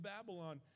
Babylon